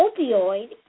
opioid